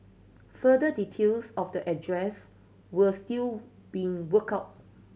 further details of the address were still being worked out